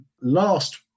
last